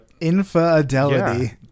infidelity